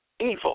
evil